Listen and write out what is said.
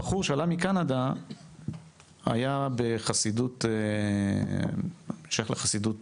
הבחור שעלה מקנדה היה שייך לחסידות